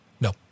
No